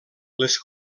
les